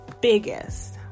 biggest